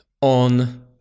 on